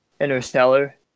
Interstellar